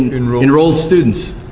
and enrolled enrolled students.